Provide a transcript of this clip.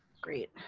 great.